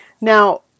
Now